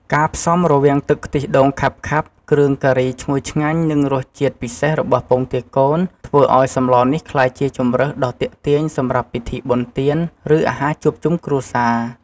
ការផ្សំរវាងទឹកខ្ទិះដូងខាប់ៗ គ្រឿងការីឈ្ងុយឆ្ងាញ់ និងរសជាតិពិសេសរបស់ពងទាកូន ធ្វើឱ្យសម្លនេះក្លាយជាជម្រើសដ៏ទាក់ទាញសម្រាប់ពិធីបុណ្យទាន ឬអាហារជួបជុំគ្រួសារ។